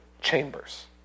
chambers